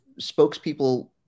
spokespeople